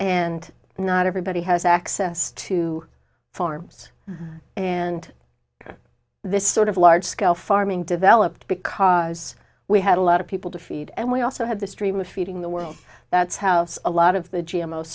and not everybody has access to farms and this sort of large scale farming developed because we had a lot of people to feed and we also had the stream of feeding the world that's how it's a lot of the g m o st